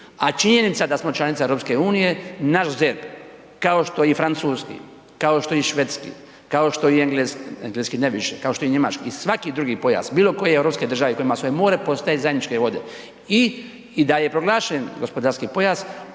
a činjenica da smo članica EU-a, naš ZERP kao što i francuski kao što i švedski, kao što i engleski, engleski ne više, kao što i njemački i svaki drugi pojas bilokoje europske države koje ima svoje more, postaje zajedničke vode i da je proglašen gospodarski pojas,